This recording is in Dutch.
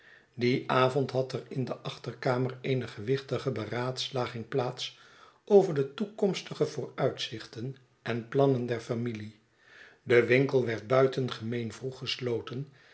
dien avond had er in de achterkamer eene gewichtige beraadslaging plaats over de toekomstige vooruitzichten en plannen der familie de winkel werd buitengemeen vroeg gesloten